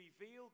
reveal